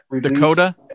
*Dakota*